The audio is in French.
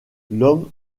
l’homme